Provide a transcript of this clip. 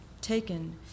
taken